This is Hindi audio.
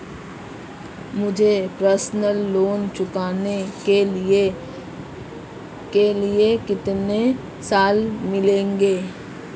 मुझे पर्सनल लोंन चुकाने के लिए कितने साल मिलेंगे?